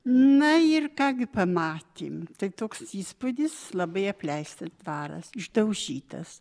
na ir ką gi pamatėm tai toks įspūdis labai apleistas dvaras išdaužytas